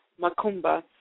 Macumba